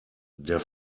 der